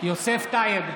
יוסף טייב,